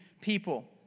people